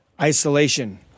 Isolation